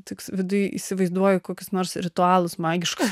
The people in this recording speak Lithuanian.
tokius viduj įsivaizduoju kokius nors ritualus magiška